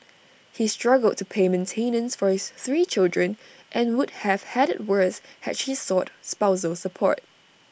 he struggled to pay maintenance for his three children and would have had IT worse had she sought spousal support